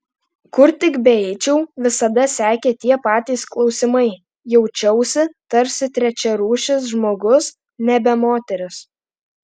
kur tik beeičiau visada sekė tie patys klausimai jaučiausi tarsi trečiarūšis žmogus nebe moteris